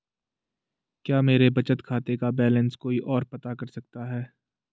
क्या मेरे बचत खाते का बैलेंस कोई ओर पता कर सकता है?